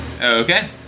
Okay